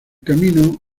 camino